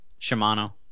Shimano